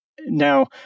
Now